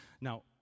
now